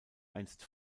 einst